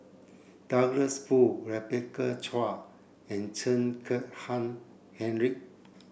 Douglas Foo Rebecca Chua and Chen Kezhan Henri